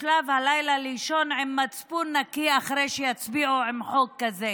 שלב לישון הלילה עם מצפון נקי אחרי שיצביעו על חוק כזה.